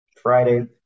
Friday